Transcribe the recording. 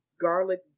garlic